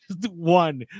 one